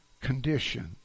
condition